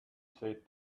said